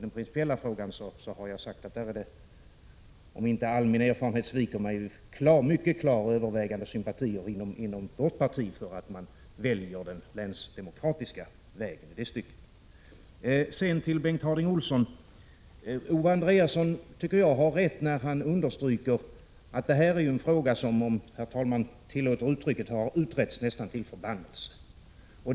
Om inte all min erfarenhet sviker mig, finns det i den principiella frågan en mycket klar och övervägande sympati inom vårt parti för att man väljer den länsdemokratiska vägen i det stycket. Sedan till Bengt Harding Olson: Jag tycker att Owe Andréasson har rätt, när han understryker att detta är en fråga som, om herr talmannen tillåter uttrycket, har utretts nästan till förbannelse.